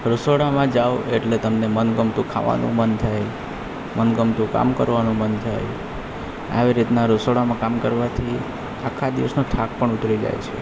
રસોડામાં જાઓ એટલે તમને મનગમતું ખાવાનું મન થાય મનગમતું કામ કરવાનું મન થાય આવી રીતના રસોડામાં કામ કરવાથી આખા દિવસનો થાક પણ ઉતરી જાય છે